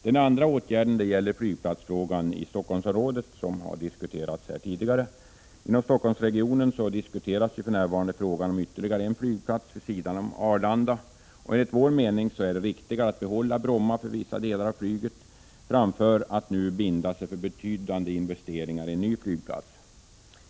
Den andra åtgärden gäller flygplatsfrågan i Stockholmsområdet, som har diskuterats här tidigare. Inom Stockholmsregionen diskuteras för närvarande frågan om ytterligare en flygplats vid sidan av Arlanda. Enligt vår mening är det riktigare att behålla Bromma för vissa delar av flyget än att binda sig för betydande investeringar i en ny flygplats.